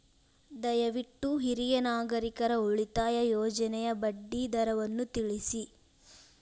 ದಯವಿಟ್ಟು ಹಿರಿಯ ನಾಗರಿಕರ ಉಳಿತಾಯ ಯೋಜನೆಯ ಬಡ್ಡಿ ದರವನ್ನು ತಿಳಿಸಿ